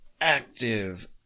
active